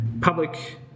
public